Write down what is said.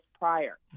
prior